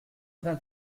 vingt